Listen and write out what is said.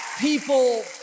People